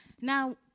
Now